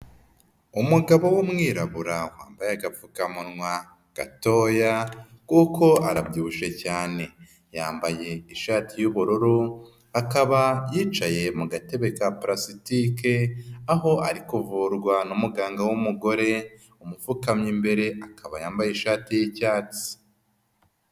Umugabo w'umwirabura wambaye agapfukamunwa gatoya kuko arabyibushye cyane, yambaye ishati y'ubururu akaba yicaye mu gatebe ka prasitike, aho ari kuvurwa n'umuganga w'umugore umupfukamye imbere akaba yambaye ishati y'icyatsi.